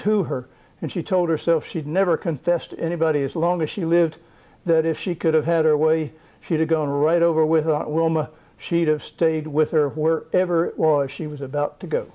to her and she told herself she'd never confessed anybody as long as she lived that if she could have had her way she did go right over with wilma she'd have stayed with her where ever or she was about to go